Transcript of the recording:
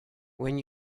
when